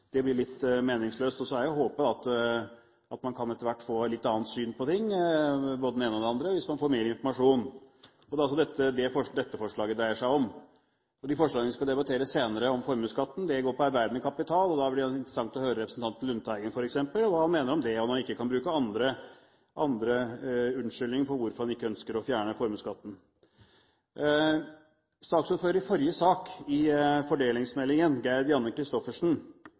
Det blir litt meningsløst. Så er det jo å håpe at man etter hvert kan få et litt annet syn på ting, både den ene og den andre, hvis man får mer informasjon. Og det er altså det dette forslaget dreier seg om. De forslagene vi skal debattere senere, om formuesskatten, går på arbeidende kapital, og da blir det interessant å høre hva f.eks. representanten Lundteigen mener om det, når han ikke kan bruke andre unnskyldninger for hvorfor han ikke ønsker å fjerne formuesskatten. Saksordfører i forrige sak, om fordelingsmeldingen, Gerd Janne